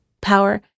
power